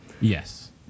Yes